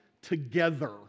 Together